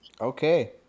Okay